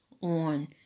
on